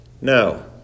No